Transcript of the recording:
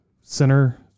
center